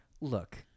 look